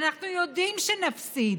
ואנחנו יודעים שנפסיד.